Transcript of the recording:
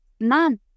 man